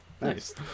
Nice